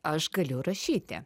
aš galiu rašyti